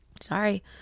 sorry